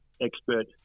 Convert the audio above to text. expert